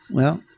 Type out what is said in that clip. well,